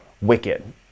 wicked